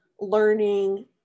learning